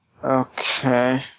Okay